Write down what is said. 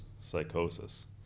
psychosis